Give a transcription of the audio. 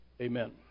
Amen